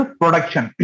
production